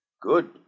Good